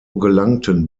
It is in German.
gelangten